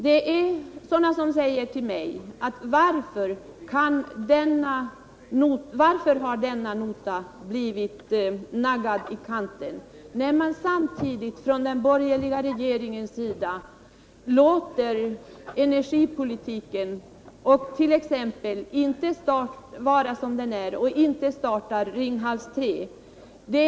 Det finns de som säger till mig: Varför har denna nota blivit naggad i kanten när man samtidigt från den borgerliga regeringens sida låter energipolitiken vara som den är och inte startar Ringhals 3?